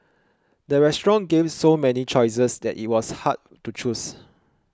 the restaurant gave so many choices that it was hard to choose